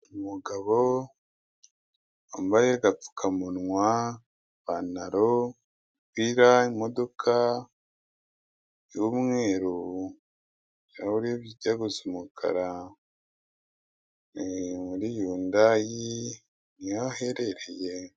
Umugabo wambaye agapfukamunwa, ipantaro, umupira, imodoka, y'umweru ibirahure bijya gusa umukara, muri yundayi niho aherereye.